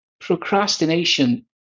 procrastination